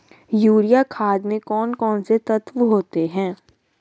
Urea खाद में कौन कौन से तत्व होते हैं?